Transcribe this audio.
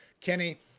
Kenny